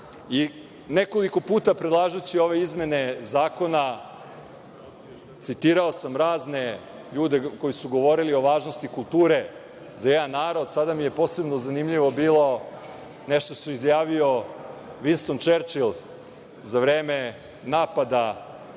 pravo. Nekoliko puta predlažući ove izmene zakona, citirao sam razne ljude koji su govorili o važnosti kulture za jedan narod. Sada mi je posebno zanimljivo bilo nešto što je izjavio Vinston Čerčil za vreme napada